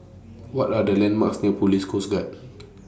What Are The landmarks near Police Coast Guard